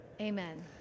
Amen